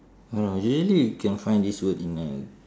don't know usually you can find this word in uh